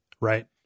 right